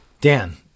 dan